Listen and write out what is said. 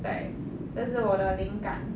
对这是我的灵感